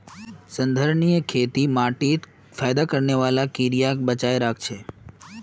संधारणीय खेती माटीत फयदा करने बाला कीड़ाक बचाए राखछेक